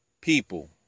people